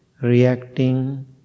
reacting